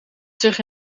zich